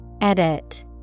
Edit